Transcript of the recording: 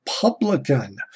publican